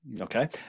Okay